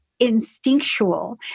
instinctual